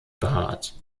behaart